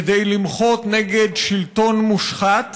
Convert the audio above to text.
כדי למחות נגד שלטון מושחת